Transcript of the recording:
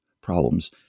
problems